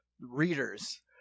readers